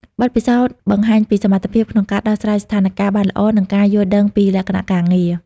បទពិសោធន៍បង្ហាញពីសមត្ថភាពក្នុងការដោះស្រាយស្ថានការណ៍បានល្អ និងការយល់ដឹងពីលក្ខណៈការងារ។